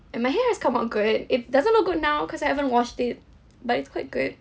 and my hair has come out good it doesn't look good now cause I haven't washed it but it's quite good